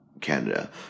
Canada